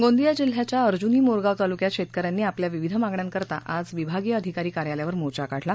गोंदिया जिल्याच्या अर्जूनी मोरगाव तालुक्यात शेतक यांनी आपल्या विविध मागण्यांकरता आज विभागीय अधिकारी कार्यलयावर मोर्चा काढला